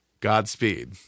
Godspeed